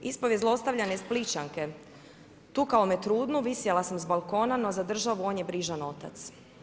Ispovijest zlostavljane Spličanke: „Tukao me trudnu, visjela sam sa balkona no za državu on je brižan otac.